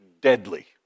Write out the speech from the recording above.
deadly